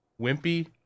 Wimpy